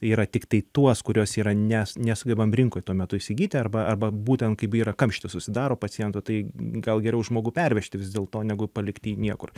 yra tiktai tuos kurios yra ne nesugebam rinkoj tuo metu įsigyti arba arba būtent kaip yra kamštis susidaro pacientų tai gal geriau žmogų pervežti vis dėlto negu palikti jį niekur